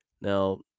Now